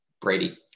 brady